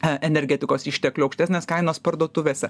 energetikos išteklių aukštesnės kainos parduotuvėse